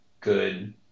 good